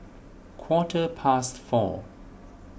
quarter past four